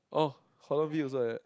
oh holland-V also like that